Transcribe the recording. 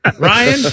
Ryan